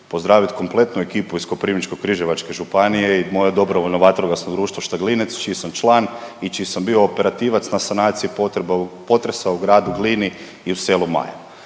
pozdravit kompletnu ekipu iz Koprivničko-križevačke županije i moje dobrovoljno vatrogasno društvo Štaglinec, čiji sam član i čiji sam bio operativac na sanaciji potresa u gradu Glini i u selu Majer.